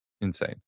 insane